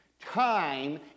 Time